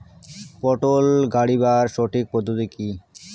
পটল গারিবার সঠিক পদ্ধতি কি?